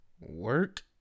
Work